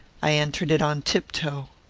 i entered it on tiptoe.